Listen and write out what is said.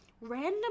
random